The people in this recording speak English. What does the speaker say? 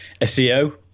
SEO